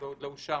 עוד לא אושר.